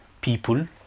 people